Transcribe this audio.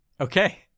Okay